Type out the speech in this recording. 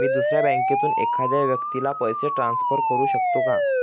मी दुसऱ्या बँकेतून एखाद्या व्यक्ती ला पैसे ट्रान्सफर करु शकतो का?